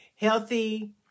healthy